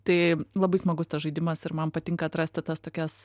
tai labai smagus tas žaidimas ir man patinka atrasti tas tokias